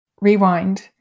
rewind